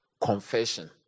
confession